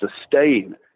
sustain